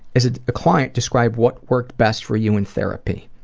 as a client, describe what worked best for you in therapy.